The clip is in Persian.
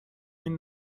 این